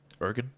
Ergen